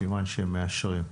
סימן שהם מאשרים.